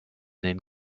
den